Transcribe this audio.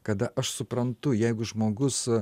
kada aš suprantu jeigu žmogus